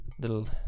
Little